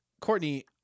Courtney